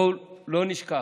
בואו לא נשכח,